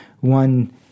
One